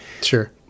Sure